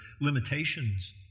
limitations